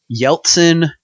yeltsin